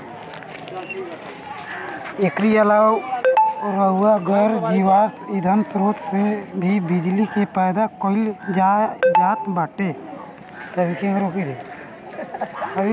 एकरी अलावा अउर गैर जीवाश्म ईधन स्रोत से भी बिजली के पैदा कईल जात बाटे